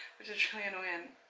which is really annoying.